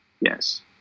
Yes